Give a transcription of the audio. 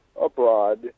abroad